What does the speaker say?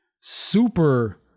super